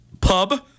pub